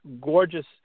gorgeous